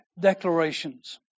declarations